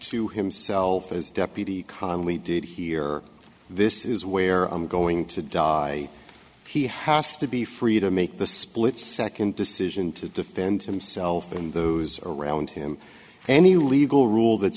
to himself as deputy crowley did here this is where i'm going to die he has to be free to make the split second decision to defend himself and those around him any legal rule that